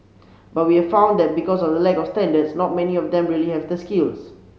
but we have found that because of the lack of standards not many of them really have the skills